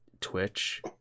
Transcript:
twitch